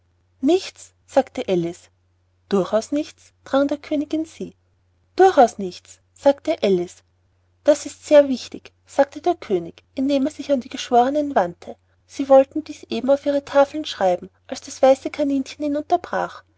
nichts sagte alice durchaus nichts drang der könig in sie durchaus nichts sagte alice daß ist sehr wichtig sagte der könig indem er sich an die geschwornen wandte sie wollten dies eben auf ihre tafeln schreiben als das weiße kaninchen ihn unterbrach